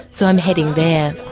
so i am heading there.